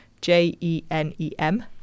J-E-N-E-M